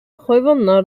хайваннар